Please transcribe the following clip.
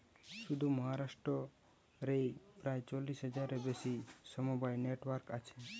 শুধু মহারাষ্ট্র রেই প্রায় পঁচিশ হাজারের বেশি সমবায় নেটওয়ার্ক আছে